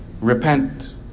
Repent